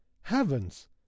heavens